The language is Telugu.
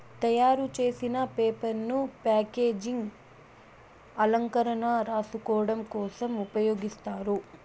తయారు చేసిన పేపర్ ను ప్యాకేజింగ్, అలంకరణ, రాసుకోడం కోసం ఉపయోగిస్తారు